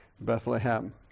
Bethlehem